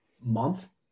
month